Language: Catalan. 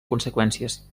conseqüències